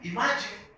Imagine